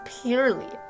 purely